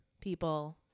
people